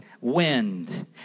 wind